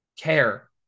care